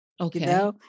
Okay